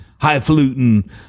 highfalutin